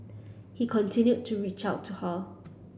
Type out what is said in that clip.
he continued to reach out to her